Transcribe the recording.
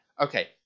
okay